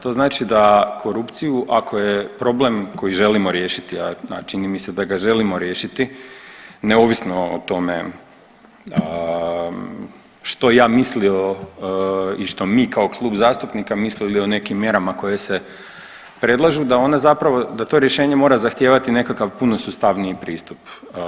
To znači da korupciju, ako je problem koji želimo riješiti, a čini mi se da ga želimo riješiti, neovisno o tome što ja mislio i što mi kao klub zastupnika mislili o nekim mjerama koje se predlažu, da one zapravo, da to rješenje mora zahtijevati puno sustavniji pristup.